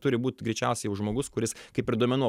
turi būt greičiausiai jau žmogus kuris kaip ir duomenų